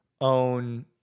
own